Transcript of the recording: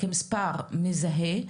כמספר מזהה,